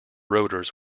rotors